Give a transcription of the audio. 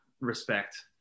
respect